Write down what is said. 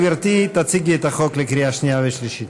גברתי, תציגי את החוק לקריאה שנייה ושלישית.